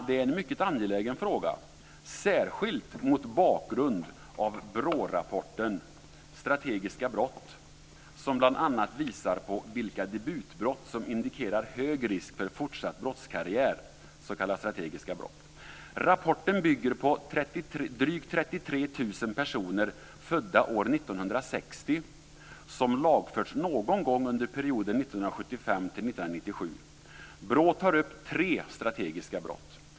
Det är en mycket angelägen fråga, särskilt mot bakgrund av BRÅ-rapporten Strategiska brott, som bl.a. visar på vilka debutbrott som indikerar hög risk för fortsatt brottskarriär, s.k. strategiska brott. Rapporten bygger på drygt 33 000 personer födda år 1960 som lagförts någon gång under perioden 1975-1997. BRÅ tar upp tre strategiska brott.